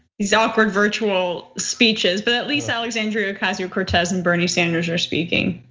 these awkward virtual speeches. but at least alexandria ocasio-cortez and bernie sanders are speaking.